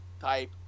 type